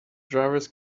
drivers